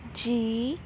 G